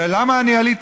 ולמה אני עליתי?